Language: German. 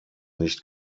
nicht